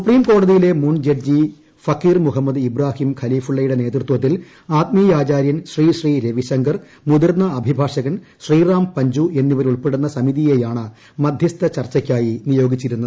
സുപ്രീംകോടതിയിലെ മുൻ ജഡ്ജി ഫക്കീർ മുഹമ്മദ് ഇബ്രാഹീം ഖലീഫുള്ളയുടെ നേതൃത്വത്തിൽ ആത്മീയാ ചാര്യൻ ശ്രീ ശ്രീ രവിശങ്കർ മുതിർന്ന അഭിഭാഷകൻ ശ്രീറാം പഞ്ചൂ എന്നിവരൂൾപ്പെടുന്ന സമിതിയെയാണ് മധ്യസ്ഥ ചർച്ചയ്ക്കായി നിയോഗിച്ചിരുന്നത്